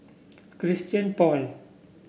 Christian Paul